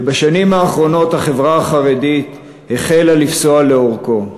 ובשנים האחרונות החברה החרדית החלה לפסוע לאורכו.